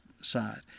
side